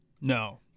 No